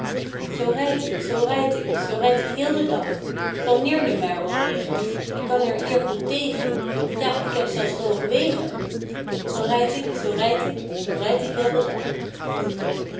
zoo rijd ik zoo rijd ik zoo rijd ik heel den dag val neer nu maar o regen ik kan er hier goed tegen ja k heb zelfs droge wegen zoo rijd ik zoo rijd ik zoo rijd ik heel den dag